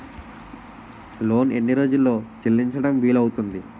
Loan ఎన్ని రోజుల్లో చెల్లించడం వీలు అవుతుంది?